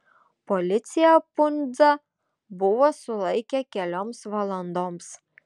policija pundzą buvo sulaikę kelioms valandoms